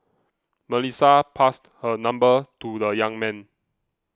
Melissa passed her number to the young man